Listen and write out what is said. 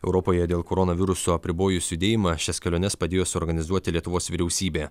europoje dėl koronaviruso apribojus judėjimą šias keliones padėjo suorganizuoti lietuvos vyriausybė